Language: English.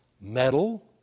metal